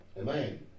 Amen